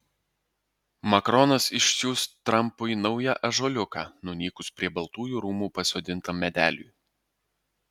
makronas išsiųs trampui naują ąžuoliuką nunykus prie baltųjų rūmų pasodintam medeliui